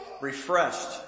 refreshed